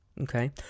okay